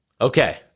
Okay